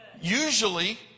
Usually